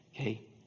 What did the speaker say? Okay